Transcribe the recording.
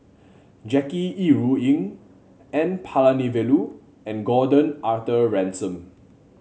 Jackie Yi Ru Ying N Palanivelu and Gordon Arthur Ransome